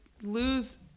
lose